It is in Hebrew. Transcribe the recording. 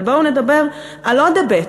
אבל בואו נדבר על עוד היבט,